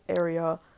area